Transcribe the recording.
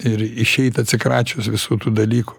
ir išeit atsikračius visų tų dalykų